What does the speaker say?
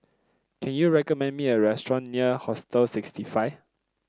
can you recommend me a restaurant near Hostel sixty five